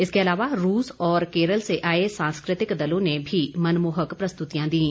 इसके अलावा रूस और केरल से आए सांस्कृतिक दलों ने भी मनमोहक प्रस्तुतियां दीं